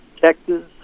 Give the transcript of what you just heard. Texas